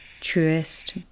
truest